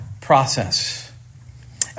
process